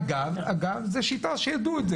אגב, זו שיטה ידועה.